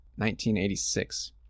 1986